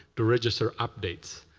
the reenlister updates.